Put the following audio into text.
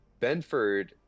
Benford